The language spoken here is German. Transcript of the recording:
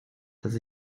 dass